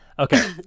Okay